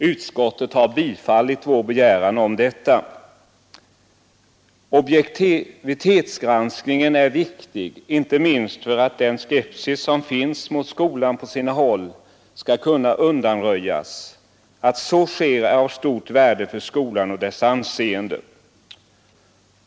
Utskottet har biträtt vår begäran om detta. Objektivitetsgranskningen är viktig, inte minst för att den skepsis mot skolan som finns på sina håll skall kunna undanröjas. Att så sker är av stort värde för skolan och dess anseende.